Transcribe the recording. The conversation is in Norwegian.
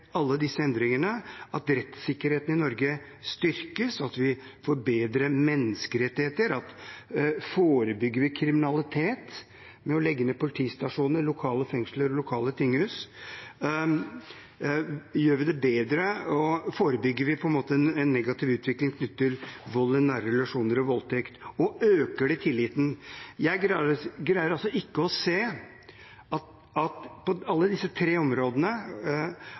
alle disse endringene å oppnå at rettssikkerheten i Norge styrkes, at vi får bedre menneskerettigheter? Forebygger vi kriminalitet ved å legge ned politistasjoner, lokale fengsler og lokale tinghus? Forebygger vi en negativ utvikling når det gjelder vold i nære relasjoner og voldtekt? Og øker det tilliten? Jeg greier ikke på noen av disse tre områdene å se at regjeringen greier godt nok å begrunne disse endringene ut fra en helhetlig vurdering av hvordan vi ønsker at